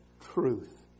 truth